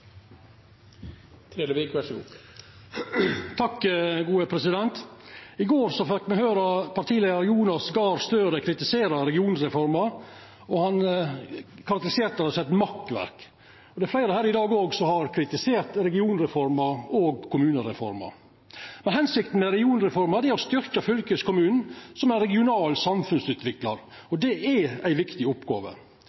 I går fekk me høyra partileiar Jonas Gahr Støre kritisera regionreforma, og han karakteriserte ho som eit makkverk. Det er òg fleire her i dag som har kritisert regionreforma og kommunereforma. Hensikta med regionreforma er å styrkja fylkeskommunen som ein regional samfunnsutviklar,